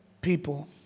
people